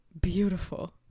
beautiful